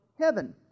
heaven